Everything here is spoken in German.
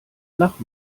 lach